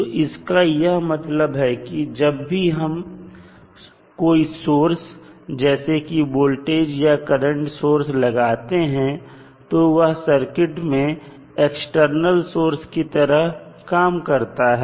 तो इसका यह मतलब है कि जब भी हम कोई सोर्स जैसे कि वोल्टेज सोर्स या करंट सोर्स लगाते हैं तो वह सर्किट में एक्सटर्नल की तरह काम करता है